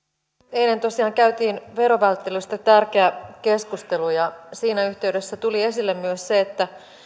eilen tosiaan käytiin verovälttelystä tärkeä keskustelu ja siinä yhteydessä tuli esille myös se